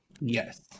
Yes